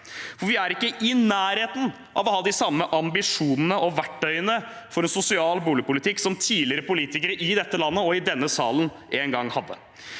med. Vi er ikke i nærheten av å ha de samme ambisjonene og verktøyene for en sosial boligpolitikk som tidligere politikere i dette landet og i denne salen en gang hadde.